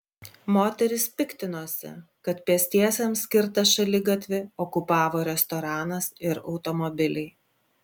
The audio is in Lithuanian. moteris piktinosi kad pėstiesiems skirtą šaligatvį okupavo restoranas ir automobiliai